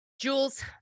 Jules